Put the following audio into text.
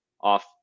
off